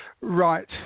right